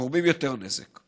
גורמים יותר נזק.